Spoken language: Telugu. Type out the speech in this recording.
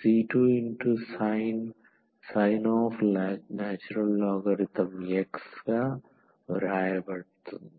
c2sin ln x